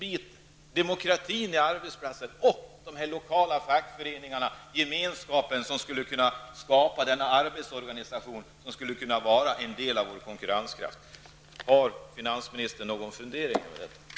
Vidare handlar det om demokratin ute på arbetsplatserna och om de lokala fackföreningarna, alltså om den gemenskap som skulle kunna skapa en arbetsorganisation, som kunde vara en del av vår konkurrenskraft. Har finansministern några funderingar i detta avseende?